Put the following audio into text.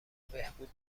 بهبود